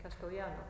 Castellano